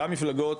גם מפלגות